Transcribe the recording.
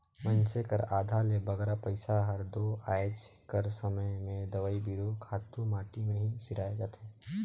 मइनसे कर आधा ले बगरा पइसा हर दो आएज कर समे में दवई बीरो, खातू माटी में ही सिराए जाथे